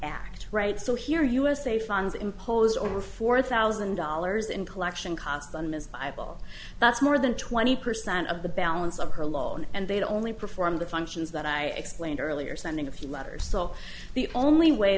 act right so here us a fines imposed over four thousand dollars in collection cost on ms bible that's more than twenty percent of the balance of her alone and they'd only perform the functions that i explained earlier sending a few letters so the only way